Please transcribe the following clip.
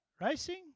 Racing